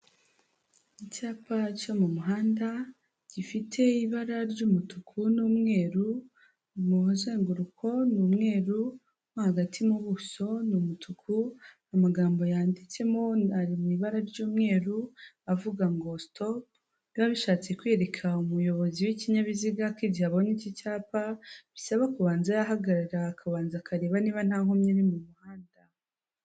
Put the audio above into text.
Icyapa cyo mu muhanda gifite ibara ry'umutuku n'umweru, mu muzenguruko ni umweru nko hagati mu buso ni umutuku amagambo yanditsemo ari mu ibara ry'umweru, avuga ngo sitopu, biba bishatse kwereka umuyobozi w'ikinyabiziga ko igihe abonye iki cyapa, bisaba kubanza yahagarara, akabanza akareba niba nta nkomyi iri mu muhanda.